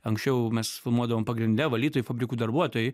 anksčiau mes filmuodavom pagrinde valytojai fabrikų darbuotojai